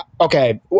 okay